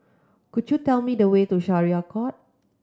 could you tell me the way to Syariah Court